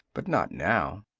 but not now.